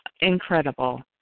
incredible